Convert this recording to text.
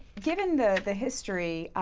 given the the history,